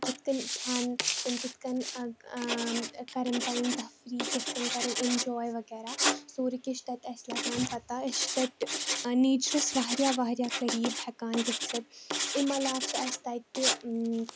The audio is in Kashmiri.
کِتھ کٔنۍ کھٮ۪ن تِم کِتھ کٔنۍ کَرَن پَنٕنۍ تفری کِتھ کٔنۍ کَرن ایٚنجاے وَغیرہ سورُے کینٛہہ چھ تَتہِ اسہِ لَگان پَتہ أسۍ چھ تَتہِ نیچرَس واریاہ واریاہ قریٖب ہیٚکان گٔژھتھ امہِ عَلاوٕ چھ اسہِ تَتہِ